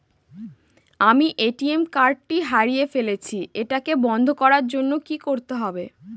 আমি ATM card টি হারিয়ে ফেলেছি এটাকে বন্ধ করার জন্য কি করতে হবে?